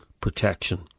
protection